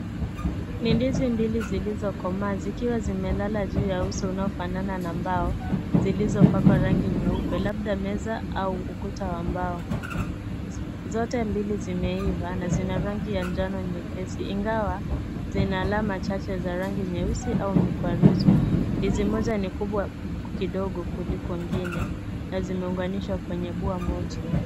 Ni ndizi mbili zilizokomaa, zikiwa zimelala juu ya uso unaofanana na mbao zilizopakwa rangi nyeupe labda meza au ukuta wa mbao. Zote mbili zimeiva na zina rangi ya njano nyepesi ingawa zina alama chache za rangi nyeusi au mkwaruzo. Ndizi moja ni kubwa kidogo kuliko ingine na zimeunganishwa kwenye pua moja.